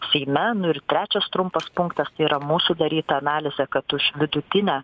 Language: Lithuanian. seime nu ir trečias trumpas punktas tai yra mūsų daryta analizė kad už vidutinę